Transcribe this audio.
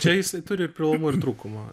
čia jisai turi ir privalumų ir trūkumo